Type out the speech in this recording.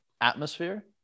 atmosphere